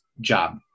job